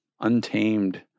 untamed